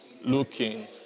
Looking